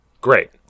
Great